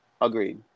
agreed